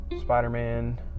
Spider-Man